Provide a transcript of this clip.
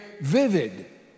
vivid